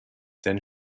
then